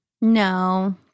No